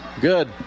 Good